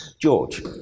George